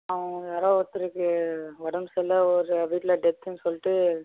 அவங்க யாரோ ஒருத்தருக்கு உடம்பு சரியில்ல ஒருத்தர் வீட்டில் டெத்துன்னு சொல்லிட்டு